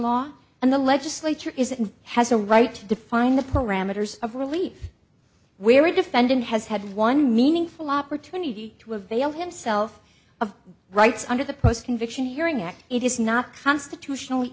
law and the legislature is it has a right to define the parameters of relief where a defendant has had one meaningful opportunity to avail himself of rights under the post conviction hearing act it is not constitutionally